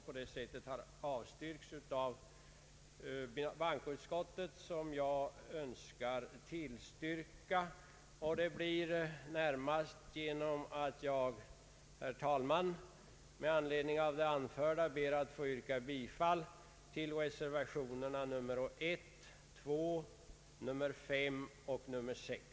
Med hänvisning till det anförda ber jag att få yrka bifall till reservationerna 1, 2, 5 och 6.